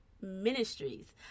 Ministries